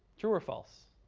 true or false?